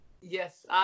Yes